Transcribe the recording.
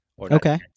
Okay